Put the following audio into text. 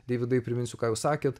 deividai priminsiu ką jūs sakėte